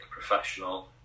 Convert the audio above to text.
professional